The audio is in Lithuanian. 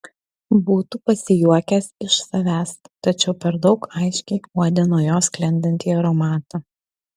būtų pasijuokęs iš savęs tačiau per daug aiškiai uodė nuo jos sklindantį aromatą